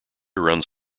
runs